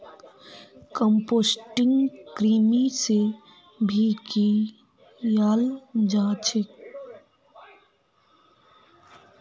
composting कृमि से भी कियाल जा छे